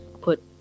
put